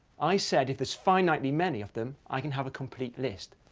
i said if there's finitely many of them, i can have a complete list.